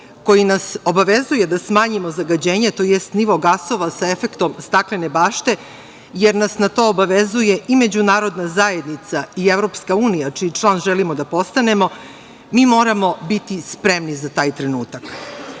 koji nas obavezuje da smanjimo zagađenje, tj. nivo gasova sa efektom staklene bašte, jer nas na to obavezuje i međunarodna zajednica i EU čiji član želimo da postanemo, mi moramo biti spremni za taj trenutak. Nas